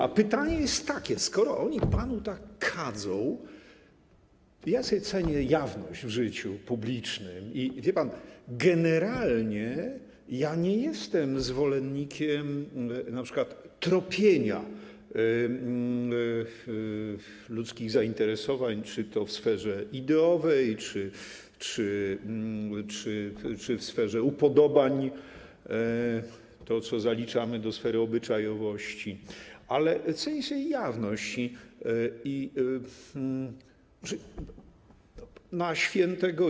A pytanie jest takie: Skoro oni panu tak kadzą, a ja sobie cenię jawność w życiu publicznym - i wie pan, generalnie nie jestem zwolennikiem np. tropienia ludzkich zainteresowań czy to w sferze ideowej, czy w sferze upodobań, tego, co zaliczamy do sfery obyczajowości, ale cenię sobie jawność - to czy na św.